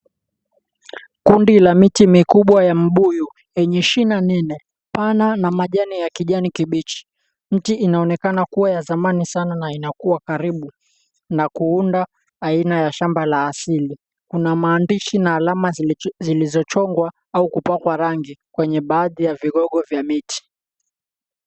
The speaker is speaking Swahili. Kundi la miti mikubwa ya mbuyu yenye shina nene pana na majani ya kijani kibichi. Mti inaonekana kuwa ya zamani sana na inakua karibu na kuunda aina ya shamba la asili. Kuna maandishi na alama zilizochongwa au kupakwa rangi kwenye baadhi ya vigogo vya miti.